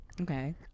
Okay